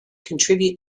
contribute